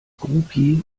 groupie